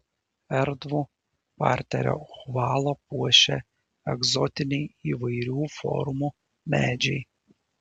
erdvų parterio ovalą puošia egzotiniai įvairių formų medžiai